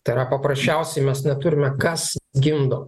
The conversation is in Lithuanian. tai yra paprasčiausiai mes neturime kas gimdo